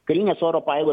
karinės oro pajėgos